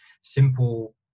simple